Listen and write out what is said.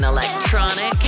Electronic